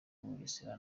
bugesera